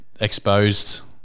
exposed